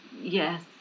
Yes